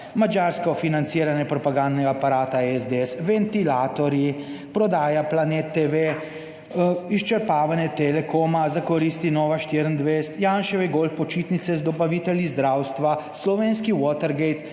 madžarsko financiranje propagandnega aparata SDS, ventilatorji, prodaja Planet TV, izčrpavanje Telekoma za koristi Nove24TV, Janševe golf počitnice z dobavitelji zdravstva, slovenski Watergate,